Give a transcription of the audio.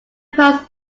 post